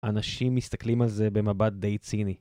אנשים מסתכלים על זה במבט די ציני.